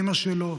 אימא שלו,